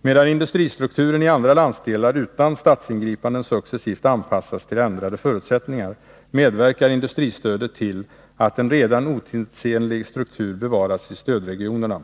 Medan industristrukturen i andra landsdelar utan statsingripanden successivt anpassas till ändrade förutsättningar, medverkar industristödet till att en redan otidsenlig struktur bevaras i stödregionerna.